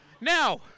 Now